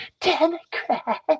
Democrat